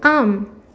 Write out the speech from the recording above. ஆம்